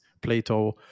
Plato